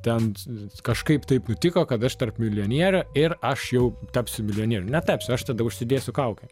ten kažkaip taip nutiko kad aš tarp milijonierių ir aš jau tapsiu milijonierium netapsiu aš tada užsidėsiu kaukę